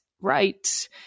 right